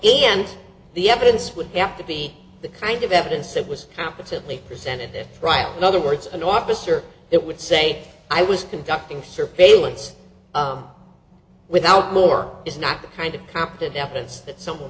and the evidence would have to be the kind of evidence that was competently presented that trial in other words an officer that would say i was conducting surveillance without more is not the kind of crap that evidence that someone